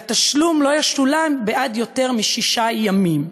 והתשלום לא ישולם בעד יותר משישה ימים.